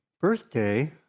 birthday